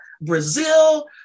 Brazil